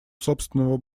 собственного